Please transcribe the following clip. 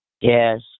Yes